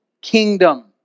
kingdom